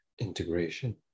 integration